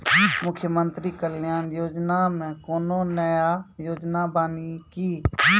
मुख्यमंत्री कल्याण योजना मे कोनो नया योजना बानी की?